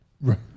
Right